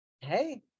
hey